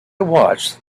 watched